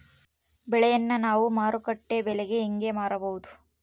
ಬೆಳೆಯನ್ನ ನಾವು ಮಾರುಕಟ್ಟೆ ಬೆಲೆಗೆ ಹೆಂಗೆ ಮಾರಬಹುದು?